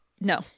no